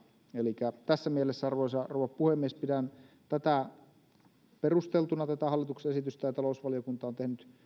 elikkä tässä mielessä arvoisa rouva puhemies pidän perusteltuna tätä hallituksen esitystä ja talousvaliokunta on tehnyt